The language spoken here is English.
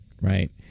right